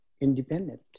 independent